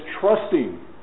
trusting